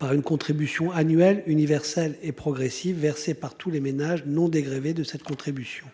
Par une contribution annuelle universelle et progressive versés par tous les ménages non dégrevés de cette contribution.